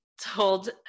told